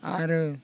आरो